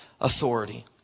authority